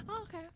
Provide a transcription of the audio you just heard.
Okay